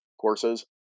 courses